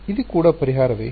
ಇದು ಕೂಡ ಪರಿಹಾರವೇ